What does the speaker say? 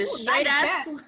straight-ass